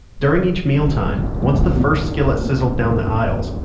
during each mealtime, once the first skillet sizzled down the aisles,